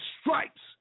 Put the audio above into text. stripes